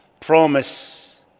promise